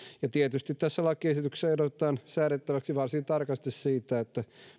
ja tietysti tässä lakiesityksessä ehdotetaan säädettäväksi varsin tarkasti siitä